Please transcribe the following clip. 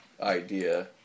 idea